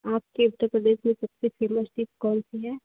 आपके उत्तर प्रदेश में सबसे पहले फेमस डिस कौनसी है